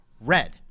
red